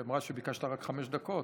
אמרה שביקשת רק חמש דקות,